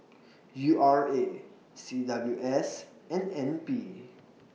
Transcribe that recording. U R A C W S and N P